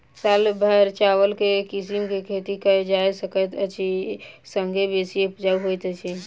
साल भैर चावल केँ के किसिम केँ खेती कैल जाय सकैत अछि आ संगे बेसी उपजाउ होइत अछि?